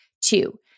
Two